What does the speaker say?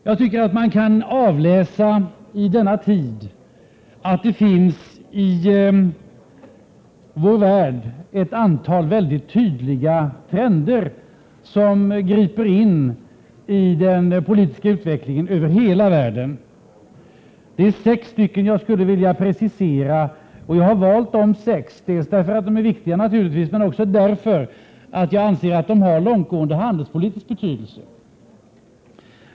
Jag tycker att man nu kan avläsa att det i vår värld finns ett antal mycket tydliga trender, som griper in i den politiska utvecklingen över hela världen. Det är sex trender som jag skulle vilja precisera, och jag har valt dem dels därför att de är viktiga, dels därför att jag anser att de har långtgående handelspolitisk betydelse.